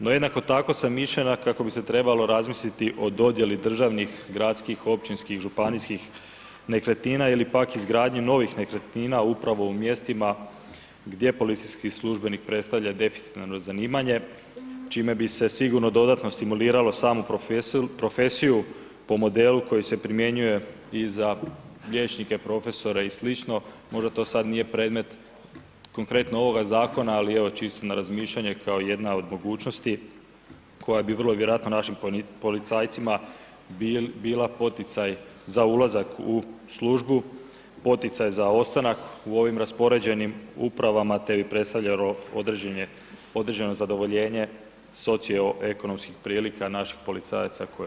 No, jednako tako sam mišljenja kako bi se trebalo razmisliti o dodjeli državnih, gradskih, općinskih, županijskih nekretnina ili pak izgradnji novih nekretnina upravo u mjestima gdje policijski službenik predstavlja deficitarno zanimanje čime bi se sigurno dodatno stimulirano samu profesiju po modelu koji se primjenjuje i za liječnike, profesore i sl., možda to sad nije predmet konkretno ovoga zakona ali evo čisto na razmišljanje kao jedna od mogućnosti koja bi vrlo vjerojatno našim policajcima bila poticaj za ulazak u službu, poticaj za ostanak u ovim raspoređenim upravama te bi predstavljalo određeno zadovoljenje socioekonomskih prilika naših policajaca koje oni danas imaju.